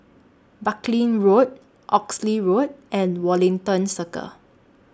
Buckley Road Oxley Road and Wellington Circle